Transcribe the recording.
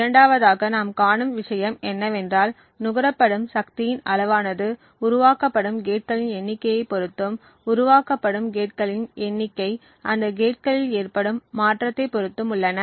இரண்டாவதாக நாம் காணும் விஷயம் என்னவென்றால் நுகரப்படும் சக்தியின் அளவானது உருவாக்கப்படும் கேட்களின் எண்ணிக்கையை பொருத்தும் உருவாக்கப்படும் கேட்களின் எண்ணிக்கை அந்த கேட்களில் ஏற்படும் மாற்றத்தை பொருத்தும் உள்ளன